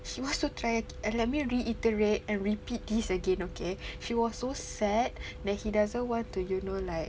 she wants to try let me reiterate and repeat these again okay she was so sad that he doesn't want to you know like